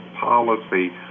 Policy